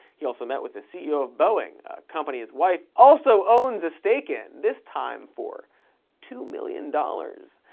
he also met with the ceo of boeing, a company his wife also owns a stake in, this time for two million dollars.